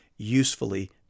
Usefully